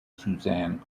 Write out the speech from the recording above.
suzanne